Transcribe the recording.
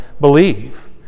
believe